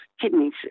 kidneys